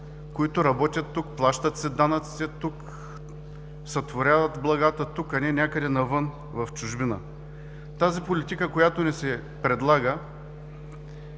които работят тук, плащат си данъците тук, сътворяват благата тук, а не някъде навън в чужбина? Тази политика, която ни се предлага,